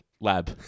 Lab